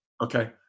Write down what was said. Okay